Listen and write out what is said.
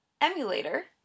emulator